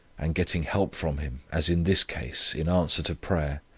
and getting help from him, as in this case, in answer to prayer,